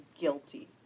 guilty